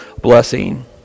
blessing